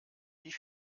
wie